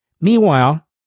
Meanwhile